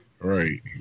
Right